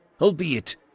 albeit